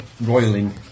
Roiling